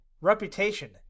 reputation